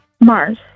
Mars